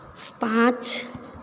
पाँच